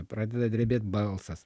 pradeda drebėt balsas